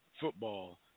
football